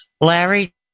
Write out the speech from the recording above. Larry